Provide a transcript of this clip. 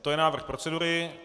To je návrh procedury.